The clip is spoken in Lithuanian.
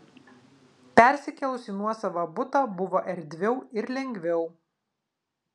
persikėlus į nuosavą butą buvo erdviau ir lengviau